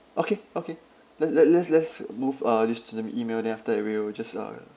okay okay let let let's let's move uh this to the email then after that we will just uh